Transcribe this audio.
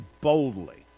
boldly